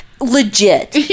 Legit